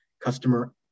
customer